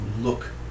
look